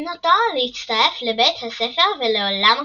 אותו להצטרף לבית הספר ולעולם הקוסמים.